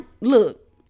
look